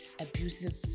abusive